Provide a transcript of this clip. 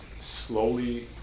slowly